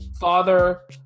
Father